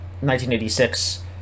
1986